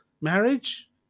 marriage